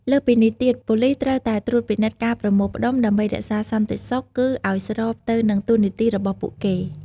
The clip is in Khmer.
លើសពីនេះទៀត ប៉ូលីសត្រូវតែត្រួតពិនិត្យការប្រមូលផ្ដុំ ដើម្បីរក្សាសន្តិសុខ គឺឲ្យស្របទៅនឹងតួនាទីរបស់ពួកគេ។